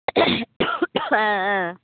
ஆ ஆ